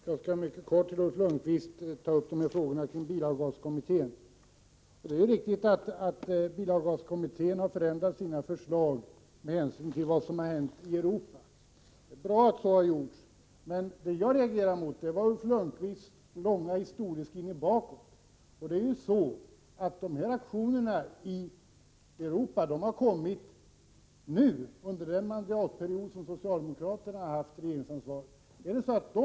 Herr talman! Jag skall mycket kort, Ulf Lönnqvist, ta upp frågorna kring bilavgaskommittén. Det är riktigt att kommittén har förändrat sina förslag med hänsyn till vad som har hänt i Europa. Det är bra att så har gjorts. Men vad jag reagerade mot var Ulf Lönnqvists långa historieskrivning. Aktionerna i Europa har skett under den mandatperiod som socialdemokraterna har haft regeringsansvaret.